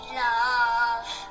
love